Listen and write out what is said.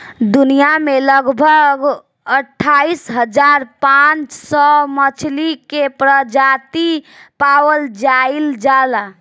दुनिया में लगभग अठाईस हज़ार पांच सौ मछली के प्रजाति पावल जाइल जाला